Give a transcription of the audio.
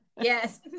Yes